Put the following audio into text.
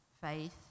faith